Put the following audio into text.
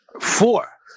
four